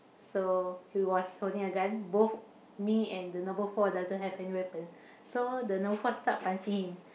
so he was holding a gun both me and the number four doesn't have any weapon so the number four start punching him